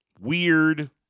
weird